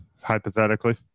hypothetically